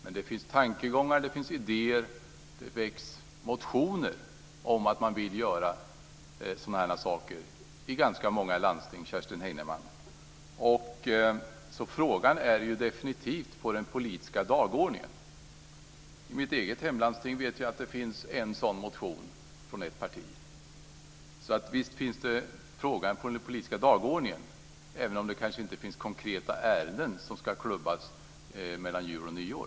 Men det finns tankegångar och idéer, och det väcks motioner om att göra sådana här saker i ganska många landsting. Frågan är definitivt på den politiska dagordningen. I mitt eget hemlandsting vet jag att det finns en sådan motion från ett parti. Visst är frågan på den politiska dagordningen, även om det inte finns konkreta ärenden som ska klubbas mellan jul och nyår.